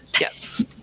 Yes